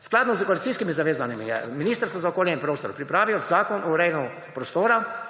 Skladno s koalicijskimi zavezami je Ministrstvo za okolje in prostor pripravilo Zakon o urejanju prostora